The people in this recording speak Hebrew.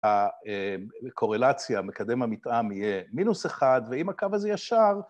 ‫הקורלציה מקדם המטעם יהיה מינוס אחד, ‫ואם הקו הזה ישר...